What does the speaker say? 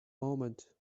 moment